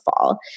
fall